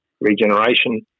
regeneration